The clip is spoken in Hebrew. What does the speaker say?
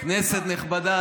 כנסת נכבדה,